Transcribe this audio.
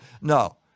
No